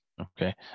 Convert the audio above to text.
okay